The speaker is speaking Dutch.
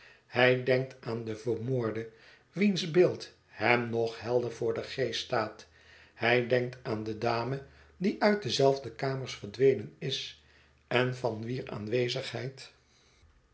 hij denkt aan den vermoorde wiens beeld hem nog helder voor den geest staat hij denkt aan de dame die uit dezelfde kamers verdwenen is en van wier aanwezigheid